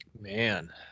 Man